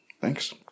Thanks